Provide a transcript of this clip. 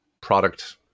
product